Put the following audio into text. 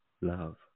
love